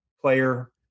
player